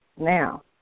Now